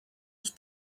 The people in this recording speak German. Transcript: ich